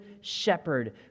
shepherd